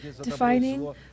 defining